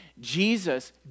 Jesus